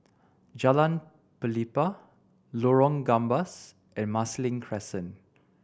Jalan Pelepah Lorong Gambas and Marsiling Crescent